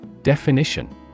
Definition